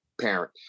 parent